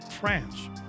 france